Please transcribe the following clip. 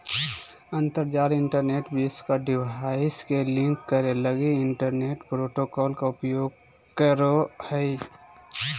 अंतरजाल इंटरनेट विश्व में डिवाइस के लिंक करे लगी इंटरनेट प्रोटोकॉल के उपयोग करो हइ